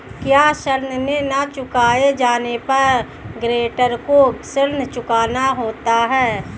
क्या ऋण न चुकाए जाने पर गरेंटर को ऋण चुकाना होता है?